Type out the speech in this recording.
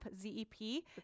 zep